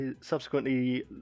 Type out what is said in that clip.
subsequently